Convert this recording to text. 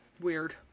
Weird